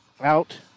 out